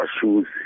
shoes